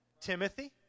Timothy